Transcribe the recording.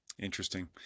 Interesting